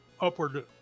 upward